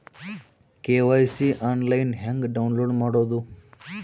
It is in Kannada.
ಕೆ.ವೈ.ಸಿ ಆನ್ಲೈನ್ ಹೆಂಗ್ ಡೌನ್ಲೋಡ್ ಮಾಡೋದು?